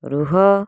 ରୁହ